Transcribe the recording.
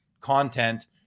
content